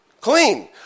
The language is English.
Clean